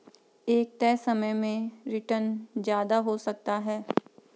एक तय समय में रीटर्न ज्यादा हो सकता है